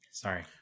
Sorry